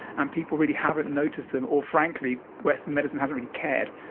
and people really haven't noticed them or frankly western medicine hasn't really cared.